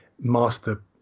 master